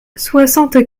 soixante